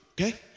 Okay